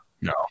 No